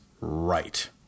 right